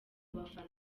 bafana